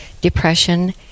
depression